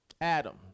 Adam